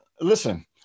listen